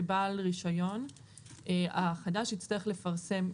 שבעל רישיון החדש יצטרך לפרסם,